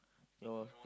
your